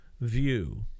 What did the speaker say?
view